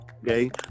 Okay